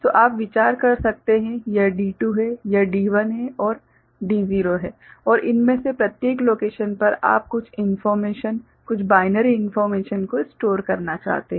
तो आप विचार कर सकते हैं कि यह D2 है यह D1 है और D0 है और इनमें से प्रत्येक लोकेशन पर आप कुछ इन्फोर्मेशन कुछ बाइनरी इन्फोर्मेशन को स्टोर करना चाहते हैं